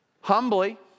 humbly